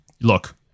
look